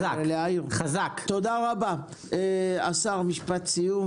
שאנשי משרד הרווחה הרלוונטיים